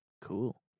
Cool